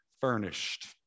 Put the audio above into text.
furnished